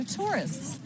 tourists